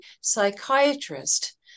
psychiatrist